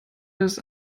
das